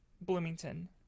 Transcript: Bloomington